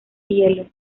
hielo